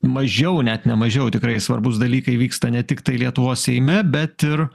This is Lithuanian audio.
mažiau net nemažiau tikrai svarbūs dalykai vyksta ne tiktai lietuvos seime bet ir